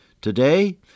Today